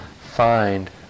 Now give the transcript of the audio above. find